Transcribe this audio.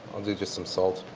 i'll do just some salt.